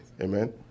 Amen